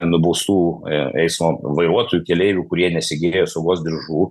nubaustų e eismo vairuotojų keleivių kurie nesegėjo saugos diržų